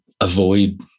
avoid